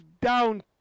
down